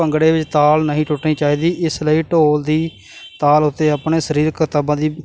ਭੰਗੜੇ ਵਿੱਚ ਤਾਲ ਨਹੀਂ ਟੁੱਟਣੀ ਚਾਹੀਦੀ ਇਸ ਲਈ ਢੋਲ ਦੀ ਤਾਲ ਉੱਤੇ ਆਪਣੇ ਸਰੀਰਕ ਕਰਤੱਵਾਂ ਦੀ